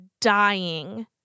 dying